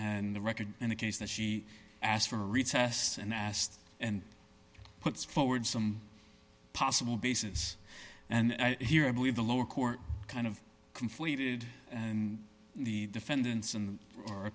and the record in the case that she asked for a recess and asked and puts forward some possible basis and here i believe the lower court kind of conflated and the defendants and or a